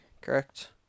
correct